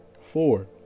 Four